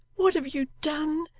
what have you done?